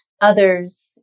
others